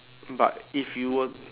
but if you were